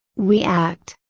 we act.